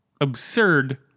absurd